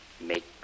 Make